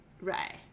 right